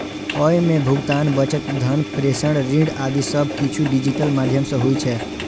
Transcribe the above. अय मे भुगतान, बचत, धन प्रेषण, ऋण आदि सब किछु डिजिटल माध्यम सं होइ छै